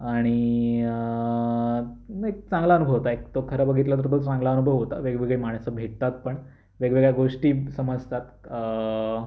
आणि नाही चांगला अनुभव होता एक तो खरं बघितलं तर तो चांगला अनुभव होता वेगवेगळी माणसं भेटतात पण वेगवेगळ्या गोष्टी समजतात